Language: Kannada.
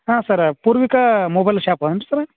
ಹಾಂ ಸರ ಪೂರ್ವಿಕಾ ಮೊಬೈಲ್ ಶಾಪಾ ಏನು ರಿ ಸರ